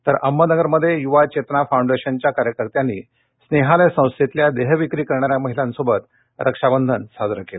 तर अहमदनगर मध्ये युवा चेतना फाऊंडेशनच्या कार्यकर्त्यांना उनेहालय संस्थेतल्या देहविक्री करणाऱ्या महिलांसोबत रक्षाबंधन साजरं केलं